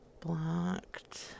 blocked